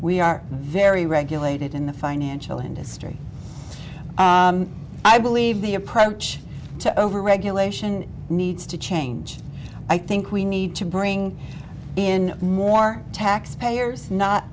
we are very regulated in the financial industry i believe the approach to over regulation needs to change i think we need to bring in more tax payers not